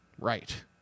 Right